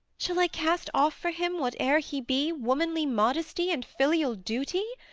shall i cast off for him, whate'er he be, womanly modesty and filial duty?